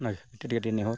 ᱚᱱᱟᱜᱮ ᱟᱹᱰᱤ ᱟᱹᱰᱤ ᱱᱮᱦᱚᱨ